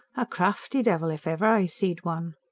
a crafty devil, if ever i see'd one.